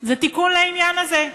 זה תיקון לעניין הזה,